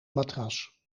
matras